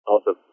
Awesome